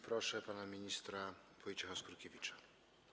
Proszę pana ministra Wojciecha Skurkiewicza.